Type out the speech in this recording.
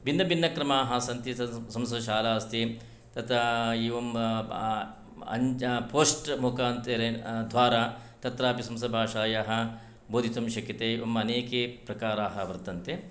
भिन्नभिन्नक्रमाः सन्ति संस्कृतशाला अस्ति तत्र एवं पोष्ट् मुखान्तरं द्वारा तत्रापि संस्कृतभाषायाः बोधितुं शक्यते अनेके प्रकाराः वर्तन्ते